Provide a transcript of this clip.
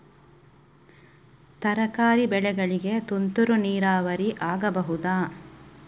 ತರಕಾರಿ ಬೆಳೆಗಳಿಗೆ ತುಂತುರು ನೀರಾವರಿ ಆಗಬಹುದಾ?